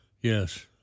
Yes